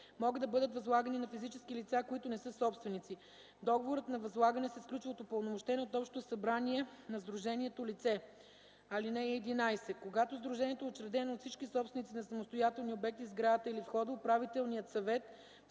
могат да бъдат възлагани на физически лица, които не са собственици. Договорът за възлагане се сключва от упълномощено от общото събрание на сдружението лице. (11) Когато сдружението е учредено от всички собственици на самостоятелни обекти в сградата или входа, управителният съвет